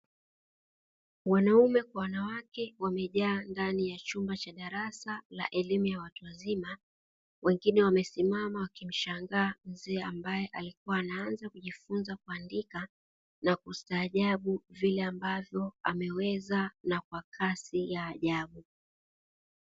Wanaume kwa wanawake wamejaa ndani ya chumba cha darasa la elimu ya watu wazima, wengine wamesimama wakimshangaa mzee ambaye alikua ananza kujifunza kuandika na kustajabu vile ambavyo ameweza na kwa kasi ya ajabu.